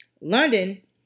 London